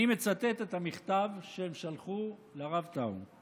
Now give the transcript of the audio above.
ואני מצטט את המכתב שהם שלחו לרב טאו: